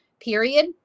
period